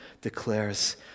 declares